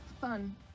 Fun